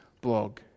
blog